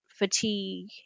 fatigue